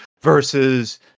versus